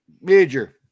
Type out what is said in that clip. Major